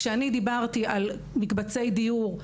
כשדברתי על מקבצי דיור,